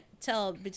tell